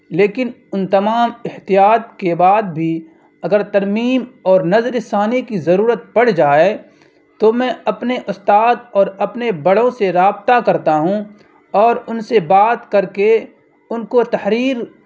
لیکن ان تمام احتیاط کے بعد بھی اگر ترمیم اور نظرِ ثانی کی ضرورت پڑ جائے تو میں اپنے استاد اور اپنے بڑوں سے رابطہ کرتا ہوں اور ان سے بات کر کے ان کو تحریر